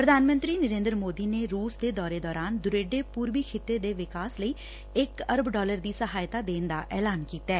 ਪ੍ਰਧਾਨ ਮੰਤਰੀ ਨਰੇਦਰ ਮੋਦੀ ਨੇ ਰੂਸ ਦੇ ਦੌਰੇ ਦੌਰਾਨ ਦੁਰੇਡੇ ਪੂਰਬੀ ਖਿੱਡੇ ਦੇ ਵਿਕਾਸ ਲਈ ਇਕ ਅਰਬ ਡਾਲਰ ਦੀ ਸਹਾਇਤਾ ਦਾ ਐਲਾਨ ਕੀਤੈ